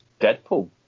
Deadpool